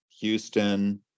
Houston